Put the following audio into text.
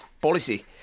policy